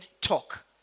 talk